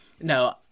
no